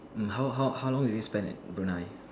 how how how long did you spend at Brunei